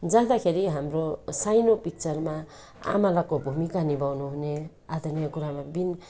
जाँदाखेरि हाम्रो साइनो पिक्चरमा आमालाको भूमिका निभाउनु हुने आदरणीय गुरुआमा बिम